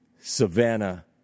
Savannah